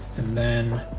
and then,